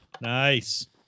Nice